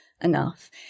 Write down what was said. enough